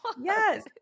Yes